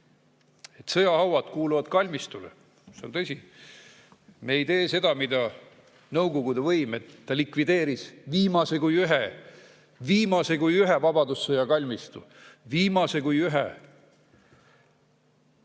Sõjahauad kuuluvad kalmistule. See on tõsi. Me ei tee seda, mida Nõukogude võim, et ta likvideeris viimase kui ühe Vabadussõja kalmistu. Viimase kui ühe!